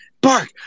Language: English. Bark